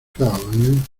scout